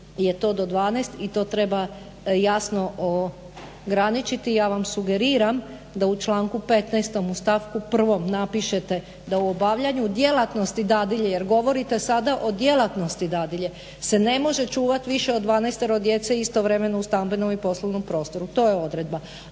I to treba jasno ograničiti. Ja vam sugeriram da u članku 15. u stavku 1. napišete da u obavljanju djelatnosti dadilje, jer govorite sada o djelatnosti dadilje, se ne može čuvati više od 12 djece istovremeno u stambenom i poslovnom prostoru. To je odredba.